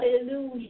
Hallelujah